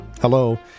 Hello